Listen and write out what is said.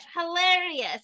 hilarious